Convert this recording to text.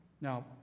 Now